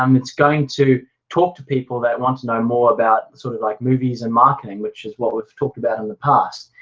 um it's going to talk to people that want to know more about sort of like movies and marketing, which is what we've talked about in the past.